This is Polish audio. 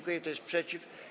Kto jest przeciw?